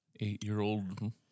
Eight-year-old